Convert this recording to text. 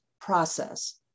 process